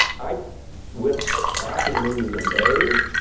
i went, after the movies are made,